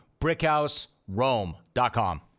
Brickhouserome.com